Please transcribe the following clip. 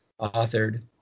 authored